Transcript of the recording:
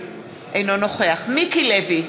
אינו נוכח מיקי לוי,